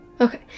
Okay